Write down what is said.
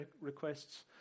requests